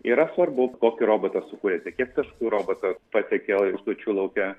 yra svarbu kokį robotą sukūrėte kiek taškų robotas pateikė užduočių lauke